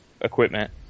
equipment